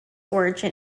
origin